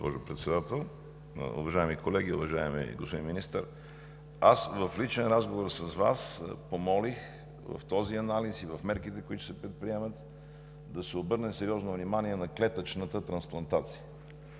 госпожо Председател. Уважаеми колеги! Уважаеми господин Министър, в личен разговор с Вас помолих в този анализ и в мерките, които се предприемат, да се обърне сериозно внимание на клетъчната трансплантация.